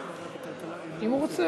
בבקשה,